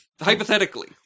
Hypothetically